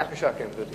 בבקשה, גברתי.